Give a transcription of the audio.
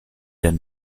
denn